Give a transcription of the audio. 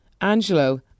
Angelo